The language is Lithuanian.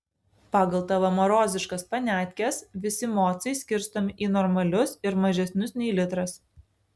pagal tavo maroziškas paniatkes visi mocai skirstomi į normalius ir mažesnius nei litras